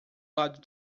lado